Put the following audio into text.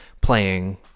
playing